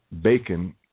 bacon